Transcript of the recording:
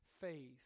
faith